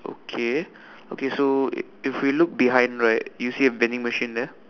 okay okay so if we look behind right you see a vending machine there